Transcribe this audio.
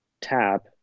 tap